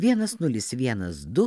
vienas nulis vienas du